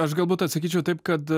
aš galbūt atsakyčiau taip kad